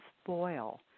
spoil